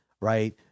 right